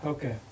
Okay